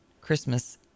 Christmas